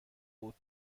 بود